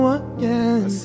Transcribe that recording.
again